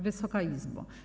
Wysoka Izbo!